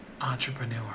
entrepreneur